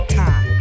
time